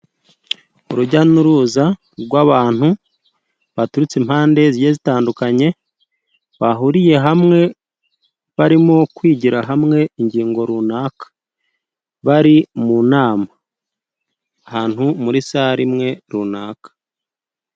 Urujya n'uruza rw'abantu baturutse impande zigiye zitandukanye, bahuriye hamwe barimo kwigira hamwe ingingo runaka, bari mu nama ahantu muri sale imwe runaka.